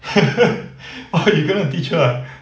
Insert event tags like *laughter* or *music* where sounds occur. *laughs* what you going to teach her ah